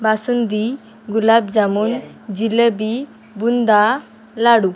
basundi gulab jamun jalebi boondi लाडू